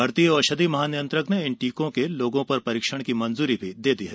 भारतीय औषधि महानियंत्रक ने इन टीकों के लोगों पर परीक्षण की मंजूरी दे दी है